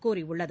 கூறியுள்ளது